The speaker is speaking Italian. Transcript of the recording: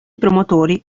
promotori